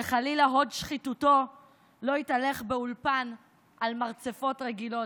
שחלילה הוד שחיתותו לא יתהלך באולפן על מרצפות רגילות.